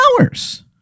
hours